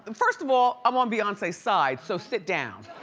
and first of all, i'm on beyonce's side, so sit down.